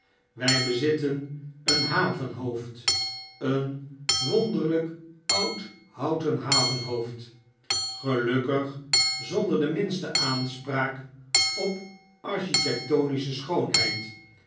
wy bezitten een havenhoofd een wonderlyk oud houten havenhoofd gelukkig zonder de minste aanspraak op architectonische schoonheid